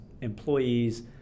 employees